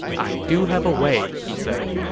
i do have a way he said,